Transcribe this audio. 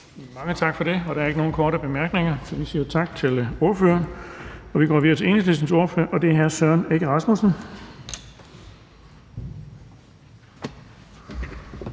Mange tak for det. Der er ikke nogen korte bemærkninger, så vi siger tak til ordføreren. Vi går videre til Enhedslistens ordfører, og det er hr. Søren Egge Rasmussen.